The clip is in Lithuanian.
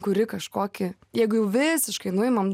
kuri kažkokį jeigu jau visiškai nuimam